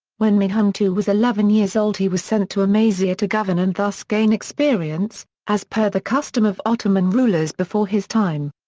when mehmed ii was eleven years old he was sent to amasya to govern and thus gain experience, as per the custom of ottoman rulers before his time.